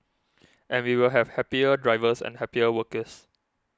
and we will have happier drivers and happier workers